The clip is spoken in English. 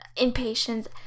impatience